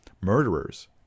Murderers